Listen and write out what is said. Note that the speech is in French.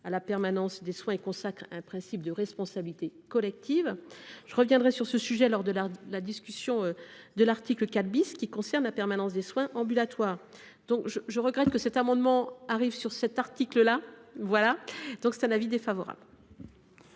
à la permanence des soins et consacre un principe de responsabilité collective. Nous reviendrons sur ce sujet lors de la discussion sur l’article 4 , qui concerne la permanence des soins ambulatoires ; je regrette que le présent amendement porte sur cet article… La commission a donc